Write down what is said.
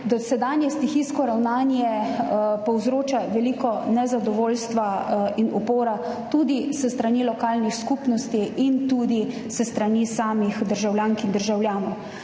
dosedanje stihijsko ravnanje povzroča veliko nezadovoljstva in upora s strani lokalnih skupnosti in tudi s strani samih državljank in državljanov.